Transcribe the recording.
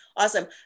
Awesome